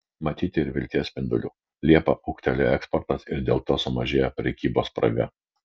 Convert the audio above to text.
matyti ir vilties spindulių liepą ūgtelėjo eksportas ir dėl to sumažėjo prekybos spraga